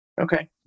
Okay